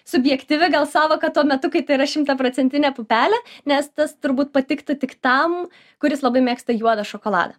subjektyvi gal sąvoka tuo metu kai tai yra šimtaprocentinė pupelė nes tas turbūt patiktų tik tam kuris labai mėgsta juodą šokoladą